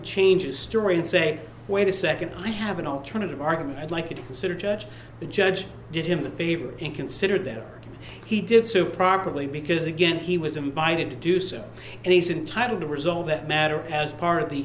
changes story and say wait a second i have an alternative argument i'd like you to consider judge the judge did him a favor and consider that he did so probably because again he was invited to do so and he's entitled to resolve that matter as part of the